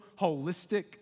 holistic